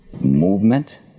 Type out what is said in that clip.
movement